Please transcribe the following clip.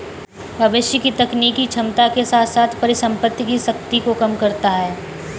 भविष्य की तकनीकी क्षमता के साथ साथ परिसंपत्ति की शक्ति को कम करता है